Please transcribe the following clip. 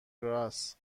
کراس